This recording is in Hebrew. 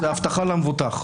כן, זה הבטחה למבוטח.